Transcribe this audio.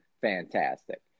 fantastic